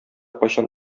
кайчан